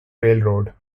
railroad